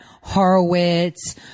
Horowitz